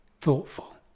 thoughtful